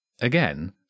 Again